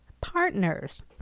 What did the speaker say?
partners